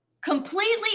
completely